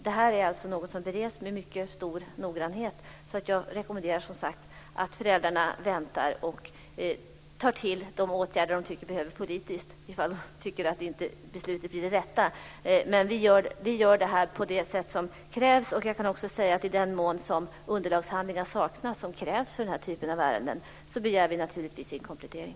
Det här är något som bereds med mycket stor noggrannhet, och jag rekommenderar som sagt att föräldrarna väntar och tar till de åtgärder de tycker behövs politiskt om de inte tycker att beslutet blir det rätta. Men vi gör det här på det sätt som krävs. Jag kan också säga att i den mån sådana underlagshandlingar saknas som krävs i den här typen av ärenden begär vi naturligtvis in komplettering.